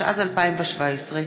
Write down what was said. פ/4357/20